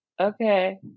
okay